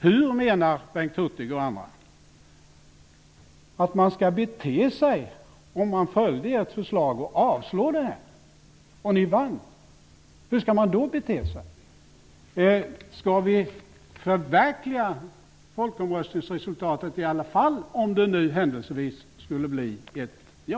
Hur menar Bengt Hurtig och andra att man skall bete sig om ert förslag vinner och detta avslås? Skall vi förverkliga folkomröstningsresultatet i alla fall, om det nu händelsevis skulle bli ett ja?